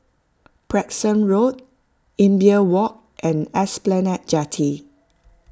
Branksome Road Imbiah Walk and Esplanade Jetty